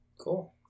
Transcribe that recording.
Cool